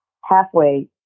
halfway